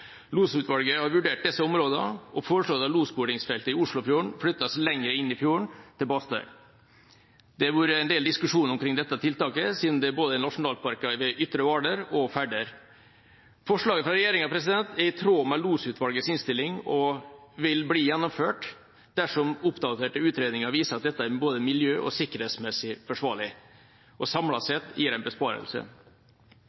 Losutvalget har vurdert disse områdene og foreslår at losbordingsfeltet i Oslofjorden flyttes lenger inn i fjorden til Bastøy. Det har vært en del diskusjon omkring dette tiltaket, siden det er nasjonalparker både ved Ytre Hvaler og Færder. Forslaget fra regjeringa er i tråd med Losutvalgets innstilling og vil bli gjennomført dersom oppdaterte utredninger viser at dette er miljø- og sikkerhetsmessig forsvarlig og